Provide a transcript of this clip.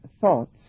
thoughts